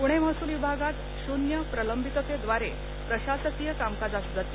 पुणे महसूल विभागात शून्य प्रलंबिततेद्वारे प्रशासकीय कामकाजास गती